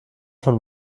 von